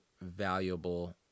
valuable